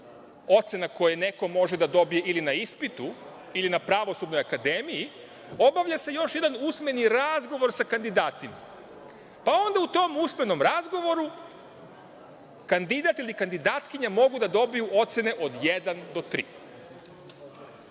ocena koje neko može da dobije i na ispitu ili na Pravosudnoj akademiji obavlja se još jedan usmeni razgovor sa kandidatima, pa onda u tom usmenom razgovoru kandidat ili kandidatkinja mogu da dobiju ocene od jedan